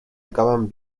acaban